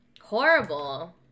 horrible